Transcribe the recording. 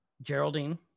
Geraldine